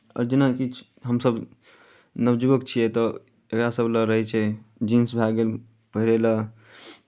आओर जेना किछु हमसभ नवयुवक छियै तऽ एकरासभ लेल रहै छै जींस भए गेल पहिरय लेल